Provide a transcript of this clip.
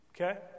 Okay